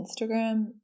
Instagram